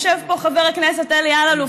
יושב פה חבר הכנסת אלי אלאלוף,